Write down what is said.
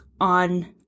on